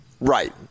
Right